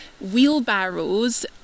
wheelbarrows